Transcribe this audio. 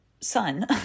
son